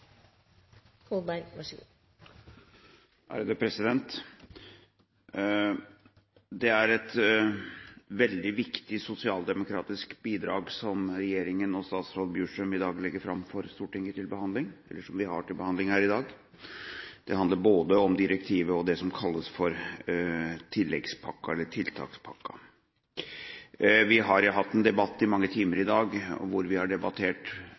Det er et veldig viktig sosialdemokratisk bidrag regjeringen og statsråd Bjurstrøm i dag legger fram for Stortinget, og som vi har til behandling. Det handler om både direktivet og det som kalles tiltakspakken. Vi har hatt debatt i mange timer i dag, der vi har debattert